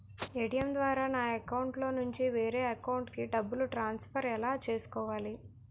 ATM ద్వారా నా అకౌంట్లోనుంచి వేరే అకౌంట్ కి డబ్బులు ట్రాన్సఫర్ ఎలా చేసుకోవాలి?